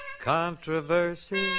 Controversy